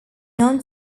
non